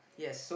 yes